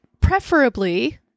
preferably